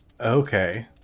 Okay